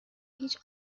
هیچ